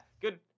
good